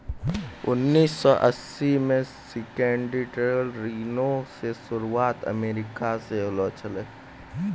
उन्नीस सौ अस्सी मे सिंडिकेटेड ऋणो के शुरुआत अमेरिका से होलो छलै